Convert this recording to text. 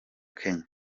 kenya